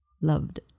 Loved